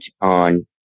on